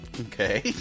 Okay